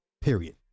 period